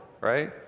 right